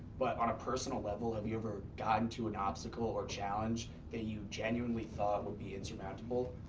but on a personal level, have you ever gotten to an obstacle or challenge that you genuinely thought would be insurmountable?